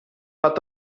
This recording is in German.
hat